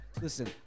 Listen